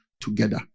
together